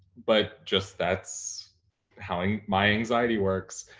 but just that's how and my anxiety works.